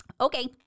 Okay